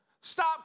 Stop